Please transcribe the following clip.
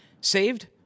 saved